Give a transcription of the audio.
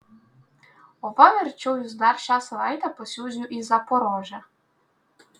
o va verčiau jus dar šią savaitę pasiųsiu į zaporožę